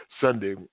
Sunday